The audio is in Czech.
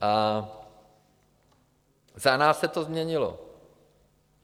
A za nás se to změnilo